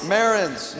Marins